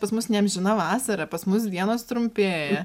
pas mus ne amžina vasara pas mus dienos trumpėja